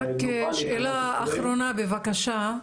רק שאלה אחרונה בבקשה,